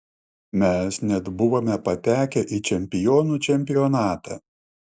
mes net buvome patekę į čempionų čempionatą